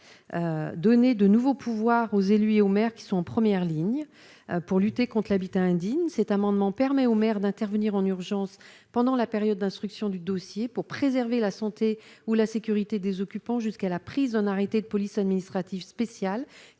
donner de nouveaux pouvoirs aux élus et aux maires qui sont en premières lignes pour lutter conte l'habitat indigne, cet amendement permet aux maires d'intervenir en urgence pendant la période d'instruction du dossier pour préserver la santé ou la sécurité des occupants jusqu'à la prise d'un arrêté de police administrative spéciale